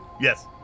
Yes